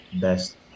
best